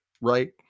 Right